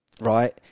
right